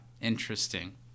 interesting